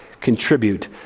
contribute